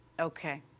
Okay